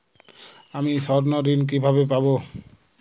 আমি স্বর্ণঋণ কিভাবে পাবো?